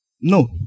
No